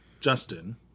Justin